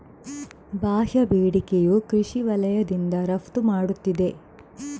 ಬಾಹ್ಯ ಬೇಡಿಕೆಯು ಕೃಷಿ ವಲಯದಿಂದ ರಫ್ತು ಮಾಡುತ್ತಿದೆ